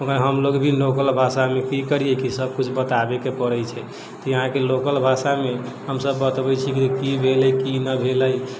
मगर हमलोग भी लोकल भाषामे की करियै की सब किछु बताबेके पड़ै छै तऽ यहाँके लोकल भाषामे हमसब बतबै छी की की भेलै की नहि भेलै